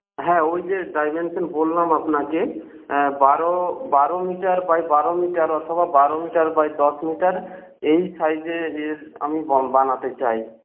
হ্যাঁ ওই যে ডাইমেনশন বললাম আপনাকে বারো বারো মিটার বাই বারো মিটার অথবা বারো মিটার বাই দশ মিটার এই সাইজে আমি বানাতে চাই